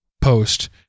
post